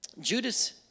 Judas